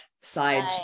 side